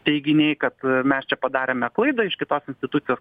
teiginiai kad mes čia padarėme klaidą iš kitos institucijos